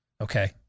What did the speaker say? Okay